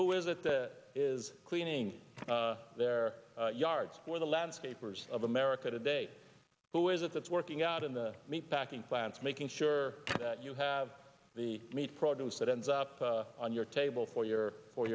who is it is cleaning up their yards where the landscapers of america today who is it that's working out in the meat packing plants making sure that you have the meat produce that ends up on your table for your or